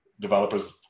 developers